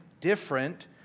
different